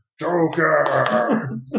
joker